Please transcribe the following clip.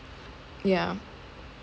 yeah